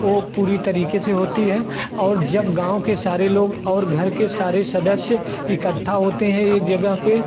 वह पूरी तरीके से होती है और जब गाँव के सारे लोग और घर के सारे सदस्य इकट्ठा होते हैं एक जगह पर